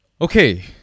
Okay